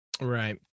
Right